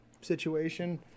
situation